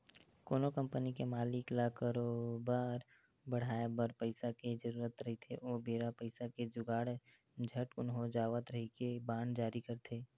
कोनो कंपनी के मालिक ल करोबार बड़हाय बर पइसा के जरुरत रहिथे ओ बेरा पइसा के जुगाड़ झटकून हो जावय कहिके बांड जारी करथे